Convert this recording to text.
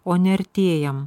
o neartėjam